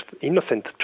innocent